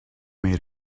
made